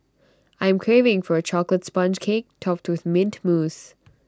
I am craving for A Chocolate Sponge Cake Topped with Mint Mousse